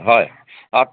হয়